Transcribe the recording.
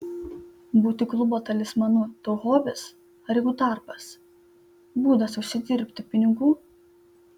būti klubo talismanu tau hobis ar jau darbas būdas užsidirbti pinigų